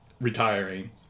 retiring